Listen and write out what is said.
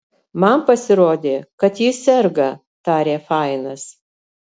man pasirodė kad ji serga tarė fainas